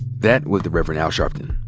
that was the reverend al sharpton.